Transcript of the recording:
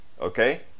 Okay